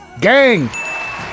Gang